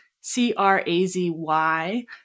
C-R-A-Z-Y